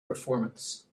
performance